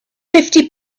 fifty